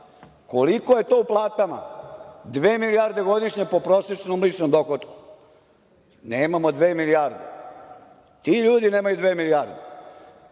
Koliko je to u platama? Dve milijarde godišnje, po prosečnom ličnom dohotku. Nemamo dve milijarde. Ti ljudi nemaju dve milijarde.